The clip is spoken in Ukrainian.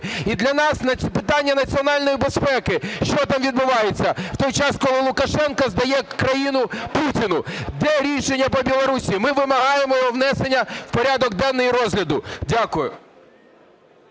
І для нас питання національної безпеки, що там відбувається, в той час коли Лукашенко здає країну Путіну. Де рішення по Білорусі? Ми вимагаємо його внесення в порядок денний розгляду. Дякую.